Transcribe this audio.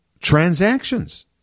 transactions